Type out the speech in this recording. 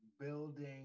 building